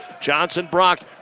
Johnson-Brock